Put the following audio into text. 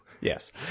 Yes